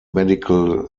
medical